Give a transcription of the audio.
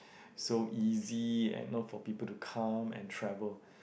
so easy and not for people to come and travel